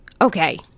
Okay